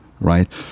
right